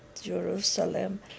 Jerusalem